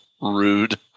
rude